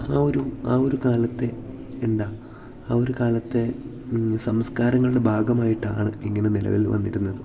ആ ഒരു ആ ഒരു കാലത്തെ എന്താ ആ ഒരു കാലത്തെ സംസ്കാരങ്ങളുടെ ഭാഗമായിട്ടാണ് ഇങ്ങനെ നിലവിൽ വന്നിരുന്നത്